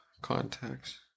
Contacts